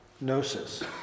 gnosis